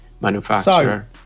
manufacturer